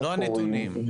לא הנתונים.